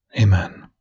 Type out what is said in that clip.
Amen